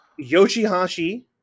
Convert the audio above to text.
Yoshihashi